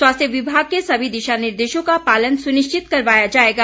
स्वास्थ्य विभाग के सभी दिशा निर्देशों का पालन सुनिश्चित करवाया जाएगा